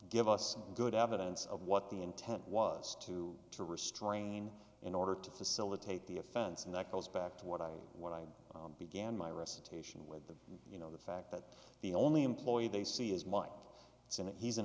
give us some good evidence of what the intent was to to restrain in order to facilitate the offense and that goes back to what i what i began my recitation with the you know the fact that the only employee they see is m